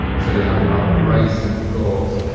so you're having a lot of racing thoughts.